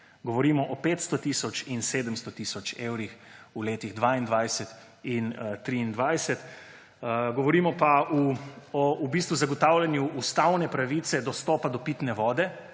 govorimo o 500 tisoč in 700 tisoč evrih v letih 2022 in 2023. Govorimo pa o zagotavljanju ustavne pravice dostopa do pitne vode